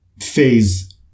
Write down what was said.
phase